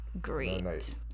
Great